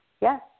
yes